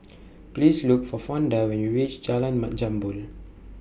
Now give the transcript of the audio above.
Please Look For Fonda when YOU REACH Jalan Mat Jambol